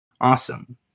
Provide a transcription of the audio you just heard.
awesome